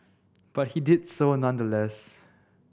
but he did so nonetheless